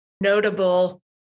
notable